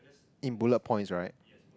in bullet points right